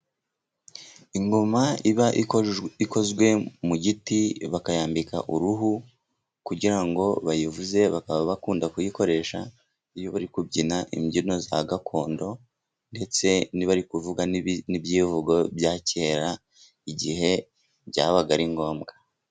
Ingoma iba ikozwe mu giti bakayambika uruhu kugira ngo bayivuze. Bakaba bakunda kuyikoresha iyo bari kubyina imbyino za gakondo, ndetse n'iyo bari kuvuga n'ibyivugo bya kera, igihe byabaga ari ngombwa.